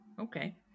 okay